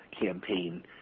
campaign